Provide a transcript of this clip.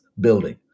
building